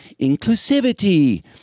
inclusivity